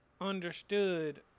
understood